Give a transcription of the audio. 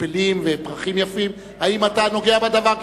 פלפלים ופרחים יפים, האם אתה נוגע בדבר?